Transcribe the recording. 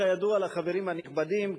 כידוע לחברים הנכבדים,